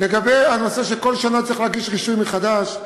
לגבי הנושא שכל שנה צריך להגיש רישוי מחדש.